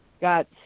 got